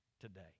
today